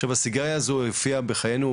שהסיגריה הזאת הופיעה בחיינו,